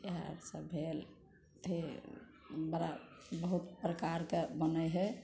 ईहए सब भेल फेर हमरा बहुत प्रकारके बनै है